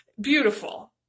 Beautiful